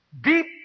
deep